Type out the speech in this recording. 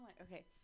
okay